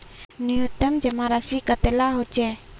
न्यूनतम जमा राशि कतेला होचे?